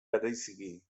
bereziki